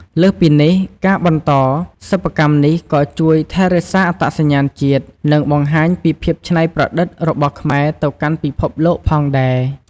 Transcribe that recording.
លើសពីនេះ ការបន្តសិប្បកម្មនេះក៏ជួយថែរក្សាអត្តសញ្ញាណជាតិ និងបង្ហាញពីភាពច្នៃប្រឌិតរបស់ខ្មែរទៅកាន់ពិភពលោកផងដែរ។